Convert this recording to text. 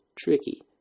tricky